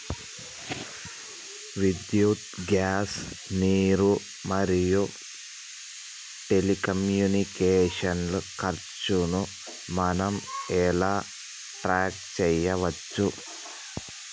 విద్యుత్ గ్యాస్ నీరు మరియు టెలికమ్యూనికేషన్ల ఖర్చులను మనం ఎలా ట్రాక్ చేయచ్చు?